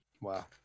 Wow